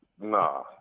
nah